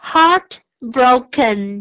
Heartbroken